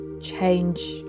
change